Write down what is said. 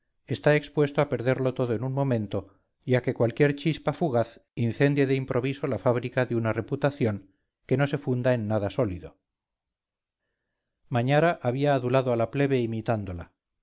está expuesto a perderlo todo en un momento y a que cualquier chispa fugaz incendie de improviso la fábrica de una reputación que no se funda en nada sólido mañara había adulado a la plebe imitándola